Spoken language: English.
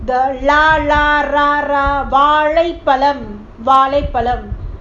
the லளரறவாழைப்பழம்வாழைப்பழம்:la lah ra rha valaipalam valaipalam